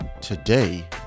Today